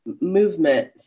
movement